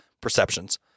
perceptions